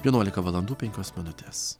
vienuolika valandų penkios minutės